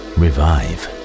revive